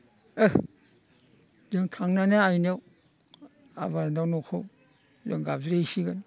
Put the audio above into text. ओह जों थांनानै आइनियाव आबादाव न'खौ जों गाबज्रिहैसिगोन